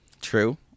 True